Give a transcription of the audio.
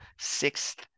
sixth